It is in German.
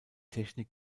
technik